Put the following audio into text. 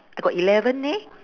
I got eleven eh